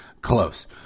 close